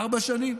ארבע שנים?